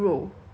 ya